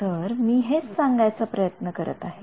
तर मी हेच सांगायचं प्रयत्न करत आहे